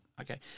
Okay